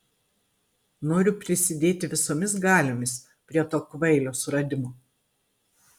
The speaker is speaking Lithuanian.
noriu prisidėti visomis galiomis prie to kvailio suradimo